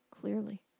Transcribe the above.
Clearly